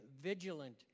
vigilant